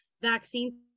vaccine